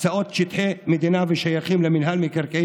הקצאות שטחי מדינה השייכים למינהל מקרקעי